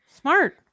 smart